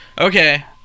Okay